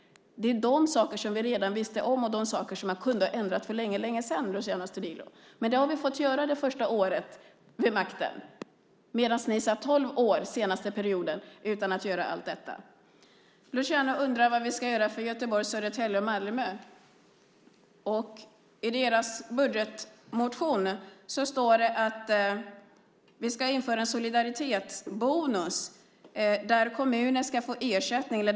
Dessa saker visste vi redan om, och man kunde ha ändrat dem för länge sedan, Luciano Astudillo. Det har vi fått göra det första året vid makten, medan ni satt tolv år den senaste perioden utan att göra allt detta. Luciano undrar vad vi ska göra för Göteborg, Södertälje och Malmö. I deras budgetmotion står det att vi ska införa en solidaritetsbonus där kommuner ska få ersättning.